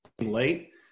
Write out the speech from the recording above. Late